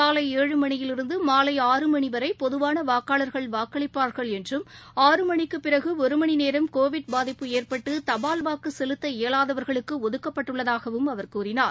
காலை ஏழு மணியிலிருந்து மாலை ஆறு மணிவரை பொதுவான வாக்காளர்கள் வாக்களிப்பார்கள் என்றும் ஆறு மணிக்கு பிறகு ஒரு மணி நேரம் கோவிட் பாதிப்பு ஏற்பட்டு தபால் வாக்கு செலுத்த இயலாதவர்களுக்கு ஒதுக்கப்பட்டுள்ளதாகவும் அவர் கூறினார்